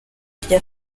rya